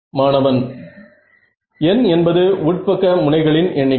மாணவன் n என்பது உட்பக்க முனைகளின் எண்ணிக்கை